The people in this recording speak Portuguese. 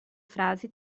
frase